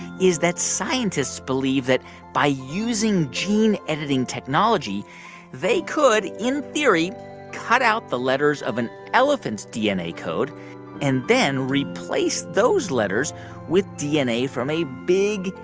is that scientists believe that by using gene-editing technology they could in theory cut out the letters of an elephant's dna code and then replace those letters with dna from a big,